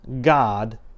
God